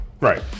Right